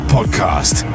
Podcast